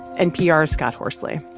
npr's scott horsley